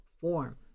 form